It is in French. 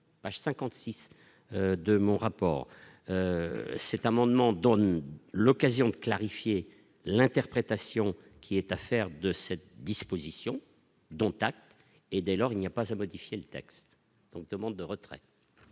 H 56 de mon rapport, c'est un amendement donne l'occasion de clarifier l'interprétation qui est affaire de cette disposition, dont acte, et dès lors, il n'y a pas à modifier le texte donc demande de retrait.